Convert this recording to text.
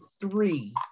three